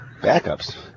Backups